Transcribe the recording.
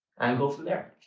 and go from there.